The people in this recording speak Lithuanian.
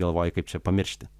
galvoji kaip čia pamiršti